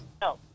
No